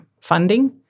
funding